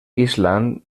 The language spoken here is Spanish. island